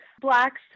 Blacks